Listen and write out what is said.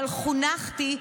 אבל חונכתי,